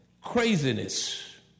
craziness